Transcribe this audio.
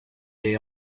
they